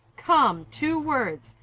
come. two words.